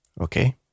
okay